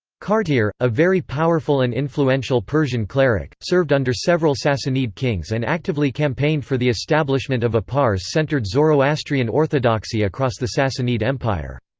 kartir, a very powerful and influential persian cleric, served under several sassanid kings and actively campaigned for the establishment of a pars-centred zoroastrian orthodoxy across the sassanid empire.